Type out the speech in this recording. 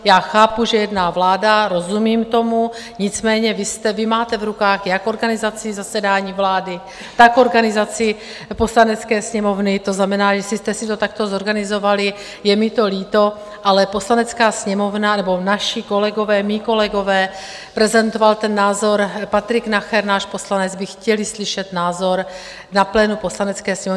Já chápu, že jedná vláda, rozumím tomu, nicméně vy máte v rukou jak organizaci zasedání vlády, tak organizaci Poslanecké sněmovny, to znamená, jestli jste si to takto zorganizovali, je mi to líto, ale Poslanecká sněmovna nebo naši kolegové, mí kolegové, prezentoval ten názor Patrik Nacher, náš poslanec, by chtěli slyšet názor na plénu Poslanecké sněmovny.